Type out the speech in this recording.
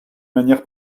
manière